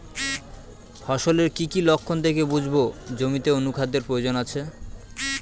ফসলের কি কি লক্ষণ দেখে বুঝব জমিতে অনুখাদ্যের প্রয়োজন আছে?